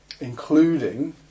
including